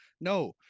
no